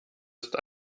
ist